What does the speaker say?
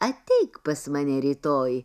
ateik pas mane rytoj